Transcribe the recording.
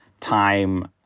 time